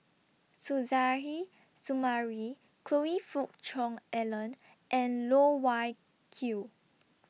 Suzairhe Sumari Choe Fook Cheong Alan and Loh Wai Kiew